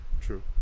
True